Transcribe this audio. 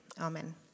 Amen